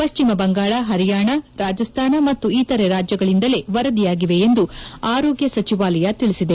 ಪಶ್ಚಿಮ ಬಂಗಾಳ ಹರಿಯಾಣ ರಾಜಸ್ತಾನ ಮತ್ತು ಇತರೆ ರಾಜ್ಯಗಳಿಂದಲೇ ವರದಿಯಾಗಿವೆ ಎಂದು ಆರೋಗ್ಯ ಸಚಿವಾಲಯ ತಿಳಿಸಿದೆ